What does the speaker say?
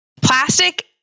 plastic